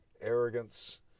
arrogance